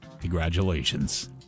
Congratulations